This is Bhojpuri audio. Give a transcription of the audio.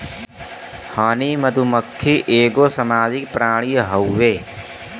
हनी मधुमक्खी एगो सामाजिक प्राणी हउवे